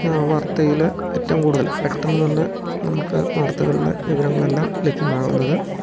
വാർത്തയിൽ ഏറ്റവും കൂടുതൽ പെട്ടെന്ന് തന്നെ നമുക്ക് വാർത്തകളുടെ വിവരങ്ങളെല്ലാം ലഭ്യമാകുന്നത്